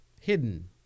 hidden